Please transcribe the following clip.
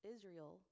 Israel